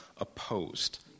opposed